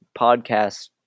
podcast